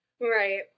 Right